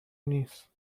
نیست